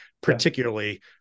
particularly